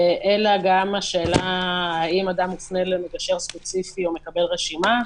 אלא גם לגבי השאלה האם אדם מופנה למגשר ספציפי או מקבל רשימה.